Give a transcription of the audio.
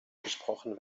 gesprochen